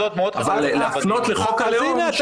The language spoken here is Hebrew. אבל להפנות לחוק הלאום,